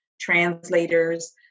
translators